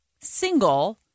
single